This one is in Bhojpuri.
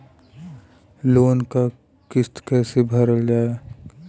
लोन क किस्त कैसे भरल जाए?